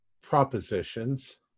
propositions